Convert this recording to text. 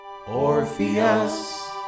Orpheus